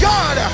God